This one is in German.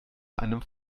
einem